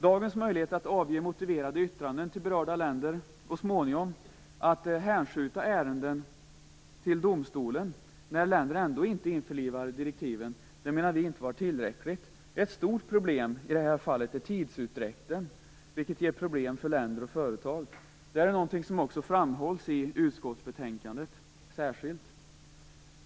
Dagens möjligheter att avge motiverade yttranden till berörda länder och att så småningom hänskjuta ärenden till domstolen när länder ändå inte införlivar direktiven, menar vi inte är tillräckligt. Ett stort problem i det här fallet är tidsutdräkten, vilket ger problem för länder och företag. Det är någonting som också framhålls särskilt i utskottsbetänkandet.